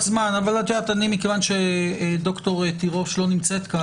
כיון שד"ר תירוש לא נמצאת כאן